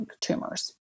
tumors